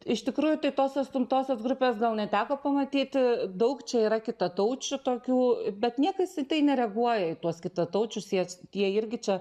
iš tikrųjų tai tos atstumtosios grupės gal neteko pamatyt daug čia yra kitataučių tokių bet niekas į tai nereaguoja į tuos kitataučius jie ts jie irgi čia